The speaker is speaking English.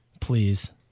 Please